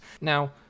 Now